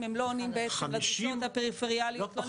הם לא עונים בעצם לדרישות הפריפריאליות --- 50?